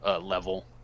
level